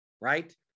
right